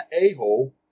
a-hole